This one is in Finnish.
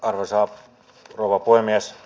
arvoisa rouva puhemies